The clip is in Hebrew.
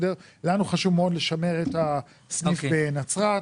לנו חשוב מאוד לשמר את הסניף בנצרת,